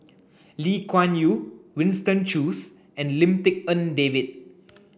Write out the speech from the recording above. Lee Kuan Yew Winston Choos and Lim Tik En David